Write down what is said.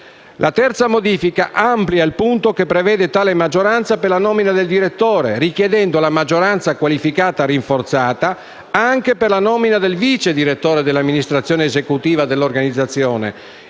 La terza modifica amplia il punto che prevede tale maggioranza per la nomina del direttore, richiedendo la maggioranza qualificata rinforzata anche per la nomina del vicedirettore dell'amministrazione esecutiva dell'organizzazione,